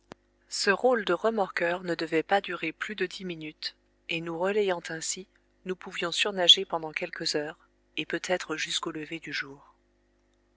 ce rôle de remorqueur ne devait pas durer plus de dix minutes et nous relayant ainsi nous pouvions surnager pendant quelques heures et peut-être jusqu'au lever du jour